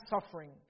suffering